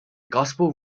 gospel